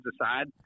decide